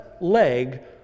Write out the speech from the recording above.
leg